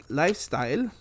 lifestyle